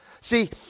See